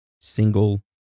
single